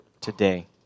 today